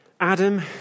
Adam